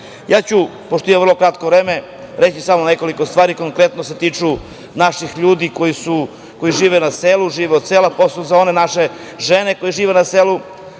ću, pošto ima vrlo kratko vreme, reći samo nekoliko stvari, a konkretno se tiču naših ljudi koji žive na selu, žive od sela, posebno za naše žene koje žive na selu.